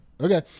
Okay